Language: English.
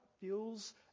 feels